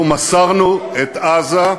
אנחנו מסרנו את עזה,